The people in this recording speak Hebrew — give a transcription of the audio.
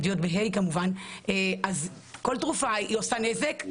גורמת נזק,